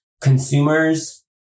consumers